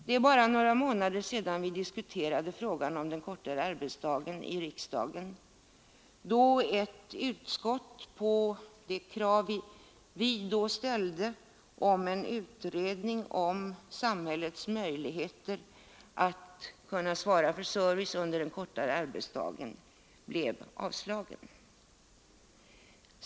Det är bara några månader sedan vi i riksdagen diskuterade frågan om en kortare arbetsdag och ett utskott avvisade det krav vi då ställde om en utredning om samhällets möjligheter att svara för service under den kortare arbetsdagen.